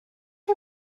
chi